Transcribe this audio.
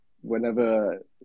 whenever